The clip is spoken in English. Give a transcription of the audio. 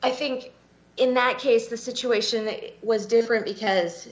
i think in that case the situation was different because